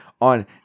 on